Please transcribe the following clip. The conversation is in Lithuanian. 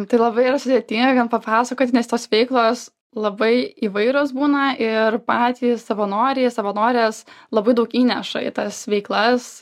tai labai yra sudėtinga gan papasakot nes tos veiklos labai įvairios būna ir patys savanoriai savanorės labai daug įneša į tas veiklas